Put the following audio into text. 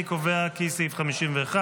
אני קובע כי סעיף 51,